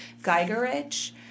Geigerich